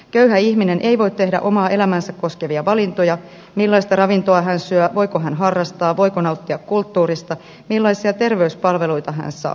köyhä ihminen ei voi tehdä omaa elämäänsä koskevia valintoja millaista ravintoa hän syö voiko hän harrastaa voiko nauttia kulttuurista millaisia terveyspalveluita hän saa